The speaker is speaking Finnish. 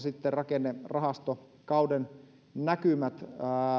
myös rakennerahastokauden näkymät